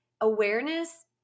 Awareness